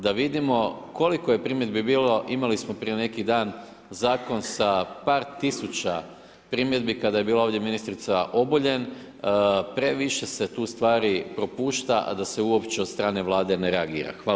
Da vidimo koliko je primjedbi bilo, imali smo prije neki dan zakon sa par tisuća primjedbi kada je bila ovdje ministrica Obuljen, previše se tu stvari propušta a da se uopće od strane Vlade ne reagira.